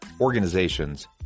organizations